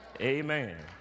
Amen